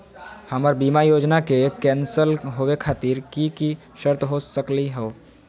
हमर बीमा योजना के कैन्सल होवे खातिर कि कि शर्त हो सकली हो?